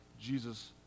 Jesus